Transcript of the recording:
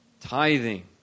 Tithing